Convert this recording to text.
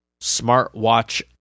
smartwatch